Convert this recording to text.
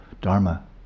Dharma